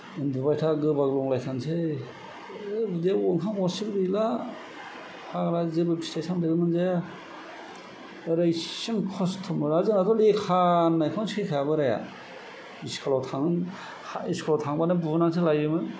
उन्दुबाय था गोबाग्लुंलायथारनोसै उदैआव ओंखाम गरसेबो गैला फाग्ला जेबो फिथाइ सामथाइबो मोनजाया ओरै एसेबां खस्थ'मोन आरो जोंहाथ' लेखा होननायखौनो सैखाया बोराया स्कुल आव थां स्कुल आव थांबानो बुनानैसो लायोमोन